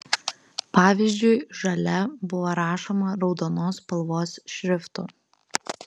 pavyzdžiui žalia buvo rašoma raudonos spalvos šriftu